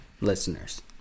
listeners